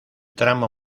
tramo